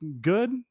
good